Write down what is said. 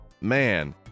man